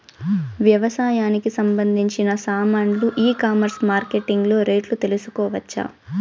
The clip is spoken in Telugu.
వ్యవసాయానికి సంబంధించిన సామాన్లు ఈ కామర్స్ మార్కెటింగ్ లో రేట్లు తెలుసుకోవచ్చా?